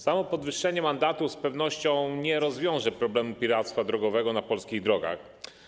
Samo podwyższenie wysokości mandatu z pewnością nie rozwiąże problemu piractwa drogowego na polskich drogach.